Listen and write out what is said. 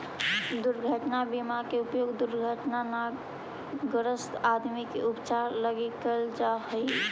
दुर्घटना बीमा के उपयोग दुर्घटनाग्रस्त आदमी के उपचार लगी करल जा हई